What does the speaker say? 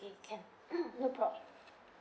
okay can no problem